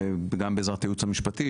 גם בעזרת הייעוץ המשפטי,